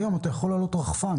והיום אתה יכול להעלות רחפן.